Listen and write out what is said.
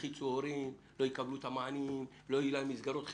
והלחיצו הורים שהם לא יקבלו מענים ושלא יהיה להם מסגרות חינוך.